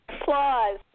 applause